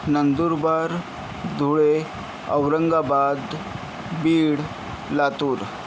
Nandurbar Dhule Aurangabad Beed Latur